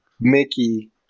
Mickey